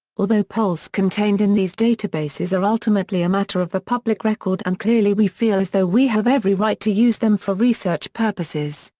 although polls contained in these databases databases are ultimately a matter of the public record and clearly we feel as though we have every right to use them for research purposes,